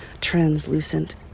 translucent